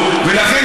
לכן,